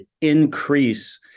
increase